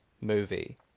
movie